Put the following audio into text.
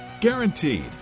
Guaranteed